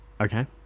Okay